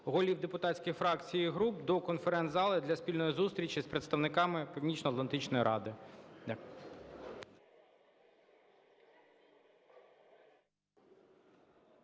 голів депутатських фракцій і груп до конференц-зали для спільної зустрічі з представниками Північноатлантичної ради.